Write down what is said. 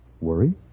Worry